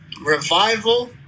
revival